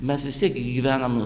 mes vis tiek gi gyvenam